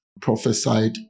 prophesied